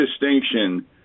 distinction